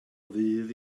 ddydd